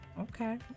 Okay